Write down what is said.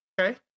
okay